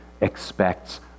expects